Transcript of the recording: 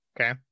Okay